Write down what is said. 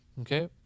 Okay